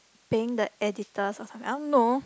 paying the editors I don't know